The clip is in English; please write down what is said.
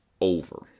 over